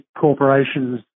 corporations